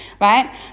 Right